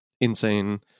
insane